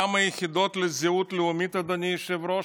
כמה יחידות לזהות לאומית, אדוני היושב-ראש,